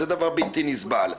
זה דבר בלתי נסבל.